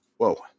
Whoa